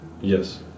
Yes